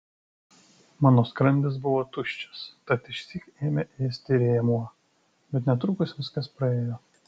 mano skrandis buvo tuščias tad išsyk ėmė ėsti rėmuo bet netrukus viskas praėjo